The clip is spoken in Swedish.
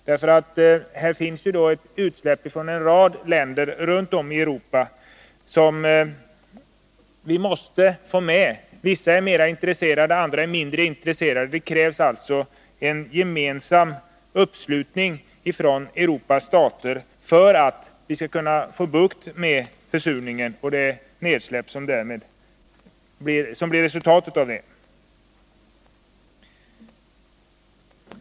Det förekommer utsläpp från en rad länder runt om i Europa, som vi måste få med i överenskommelserna. Vissa är mera intresserade, andra mindre. Det krävs alltså gemensam uppslutning från Europas stater för att vi skall kunna få bukt med försurningen och det nedsläpp som blir resultatet av den.